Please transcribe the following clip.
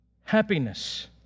happiness